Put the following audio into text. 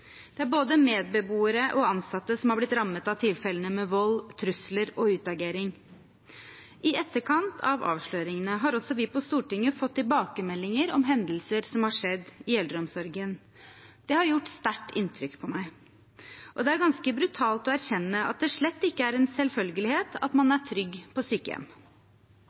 både medbeboere og ansatte som er blitt rammet av tilfellene med vold, trusler og utagering. I etterkant av avsløringene har også vi på Stortinget fått tilbakemeldinger om hendelser som har skjedd i eldreomsorgen. Det har gjort sterkt inntrykk på meg. Det er ganske brutalt å erkjenne at det slett ikke er en selvfølge at man er trygg på sykehjem.